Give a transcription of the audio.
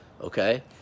okay